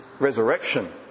resurrection